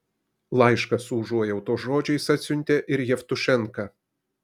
laišką su užuojautos žodžiais atsiuntė ir jevtušenka